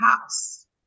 house